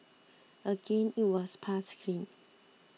again it was passed clean